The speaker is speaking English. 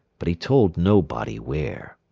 but he told nobody where.